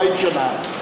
40 שנה,